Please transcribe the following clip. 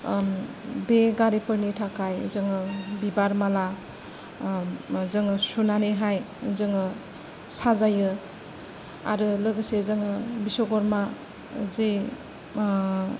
बे गारिफोरनि थाखाय जोङो बिबार माला जोङो सुनानैहाय जोङो साजायो आरो लोगोसे जोङो भिस्वकर्मा जे